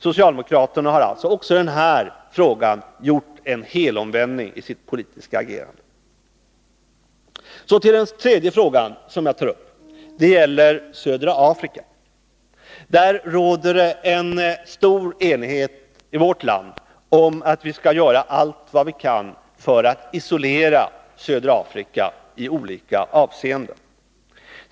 Socialdemokraterna har även i den här frågan gjort en helomvändning i sitt politiska agerande. Den tredje frågan som jag tar upp gäller södra Afrika. Det råder en stor enighet i vårt land om att vi skall göra allt vad vi kan för att isolera södra Afrika i olika avseenden.